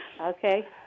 Okay